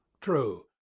true